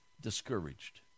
discouraged